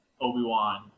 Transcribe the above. Obi-Wan